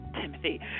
Timothy